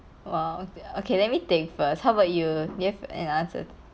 !wow! okay let me think first how about you you have an uncert~